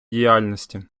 діяльності